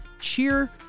cheer